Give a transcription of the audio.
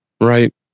Right